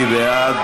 מי בעד?